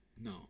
No